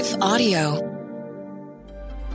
audio